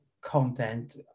content